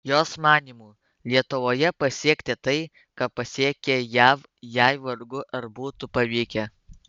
jos manymu lietuvoje pasiekti tai ką pasiekė jav jai vargu ar būtų pavykę